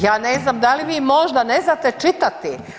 Ja ne znam da li vi možda ne znate čitati.